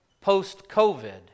post-COVID